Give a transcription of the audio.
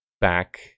back